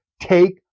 take